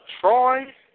Troy